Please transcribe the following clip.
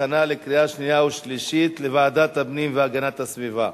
2012, לוועדת הפנים והגנת הסביבה